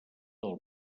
del